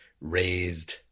raised